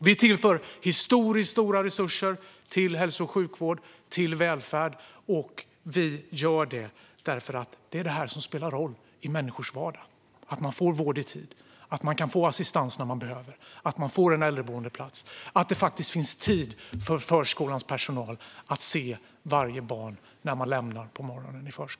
Vi tillför historiskt stora resurser till hälso och sjukvård och välfärd, och det gör vi för att det är detta som spelar roll i människors vardag: att man får vård i tid, att man kan få assistans när man behöver, att man får en plats på äldreboende och att det faktiskt finns tid för förskolans personal att se varje barn som lämnas på morgonen.